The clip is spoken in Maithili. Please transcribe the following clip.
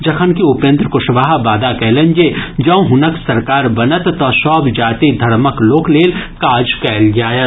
जखनकि उपेन्द्र कुशवाहा वादा कयलनि जे जौं हुनक सरकार बनत तऽ सभ जाति धर्मक लोकलेल काज कयल जायत